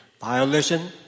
Violation